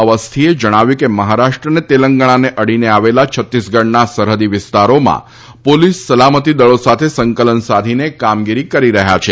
અવસ્થીએ જણાવ્યુ છે કે મહારાષ્ટ્ર અને તેલંગણાને અડીને આવેલા છત્તીસગઢના સરહદી વિસ્તારોમાં પોલીસ સલામતીદળો સાથે સંકલન સાધીને કામગીરી કરી રહ્યા છે